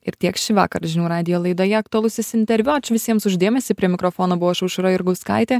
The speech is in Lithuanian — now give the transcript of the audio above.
ir tiek šįvakar žinių radijo laidoje aktualusis interviu ačiū visiems už dėmesį prie mikrofono buvau aš aušra jurgauskaitė